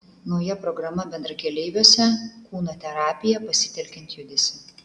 nauja programa bendrakeleiviuose kūno terapija pasitelkiant judesį